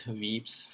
weeps